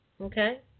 okay